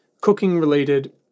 cooking-related